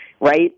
right